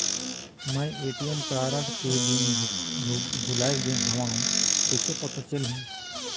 मैं ATM card के PIN भुलाए गे हववं कइसे पता चलही?